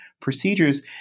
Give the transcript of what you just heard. procedures